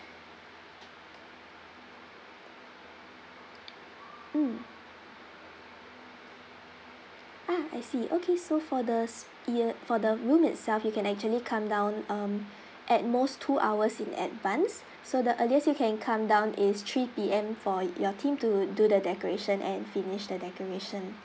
mm ah I see okay so for the s~ your for the room itself you can actually come down um at most two hours in advance so the earliest you can come down is three P_M for your team to do the decoration and finish the decoration